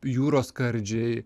jūros skardžiai